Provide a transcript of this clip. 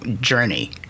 journey